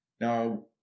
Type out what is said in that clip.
Now